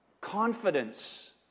confidence